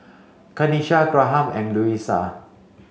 Kenisha Graham and Luisa